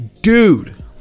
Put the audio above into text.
dude